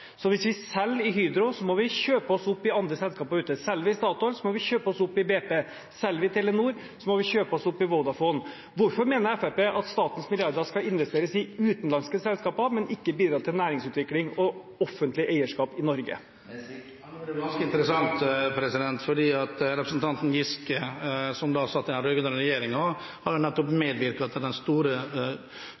så hvis vi selger i Hydro, må vi kjøpe oss opp i andre selskaper ute. Selger vi Statoil, må vi kjøpe oss opp i BP. Selger vi Telenor, må vi kjøpe oss opp i Vodafone. Hvorfor mener Fremskrittspartiet at statens milliarder skal investeres i utenlandske selskaper, men ikke bidra til næringsutvikling og offentlig eierskap i Norge? Det er ganske interessant, fordi representanten Giske, som satt i den rød-grønne regjeringen, nettopp har medvirket til de store oppkjøpene i utenlandske bedrifter. Det er jo